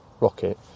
rocket